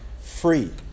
free